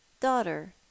daughter